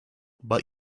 but